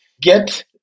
get